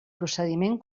procediment